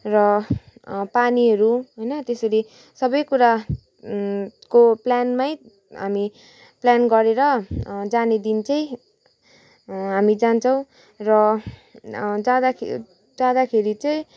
र पानीहरू होइन त्यसरी सबैकुरा को प्लानमै हामी प्लान गरेर जाने दिन चाहिँ हामी जान्छौँ र जाँदाखेरि जाँदाखेरि चाहिँ